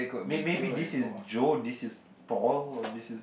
may maybe this is Joe this is Paul or this is